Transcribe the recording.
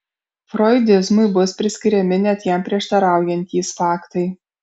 froidizmui bus priskiriami net jam prieštaraujantys faktai